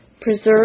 Preserve